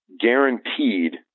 guaranteed